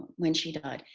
when she died.